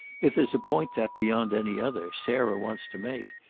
if there's a point that, beyond any other, sarah wants to make,